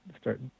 start